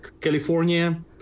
California